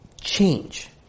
change